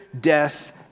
death